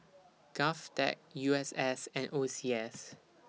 Govtech U S S and O C S